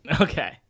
Okay